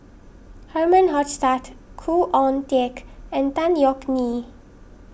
Herman Hochstadt Khoo Oon Teik and Tan Yeok Nee